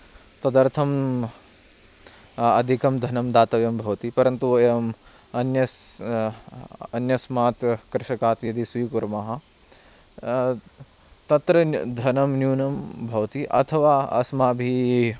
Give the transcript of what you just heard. तदर्थम् अधिकं धनं दातव्यं भवति परन्तु वयम् अन्यस् अन्यस्मात् कृषकात् यदि स्वीकुर्मः तत्र धनं न्यूनं भवति अथवा अस्माभिः